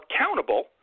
accountable